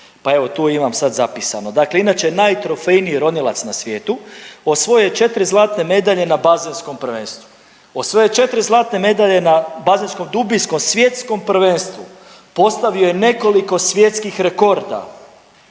pa evo tu imam sad zapisano, dakle inače je najtrofejniji ronilac na svijetu, osvojio je 4 zlatne medalje na bazenskom prvenstvu, osvojio je 4 zlatne medalje na bazenskom dubinskom svjetskom prvenstvu, postavio je nekoliko svjetskih rekorda,